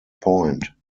point